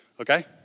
Okay